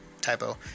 typo